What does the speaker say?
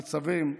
ניצבים,